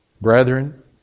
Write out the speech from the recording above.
brethren